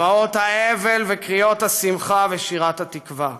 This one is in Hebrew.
דמעות האבל וקריאות השמחה ושירת 'התקווה'".